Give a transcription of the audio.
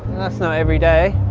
that's not every day